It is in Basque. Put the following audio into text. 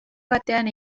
batean